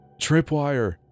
Tripwire